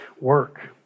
work